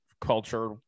culture